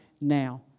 now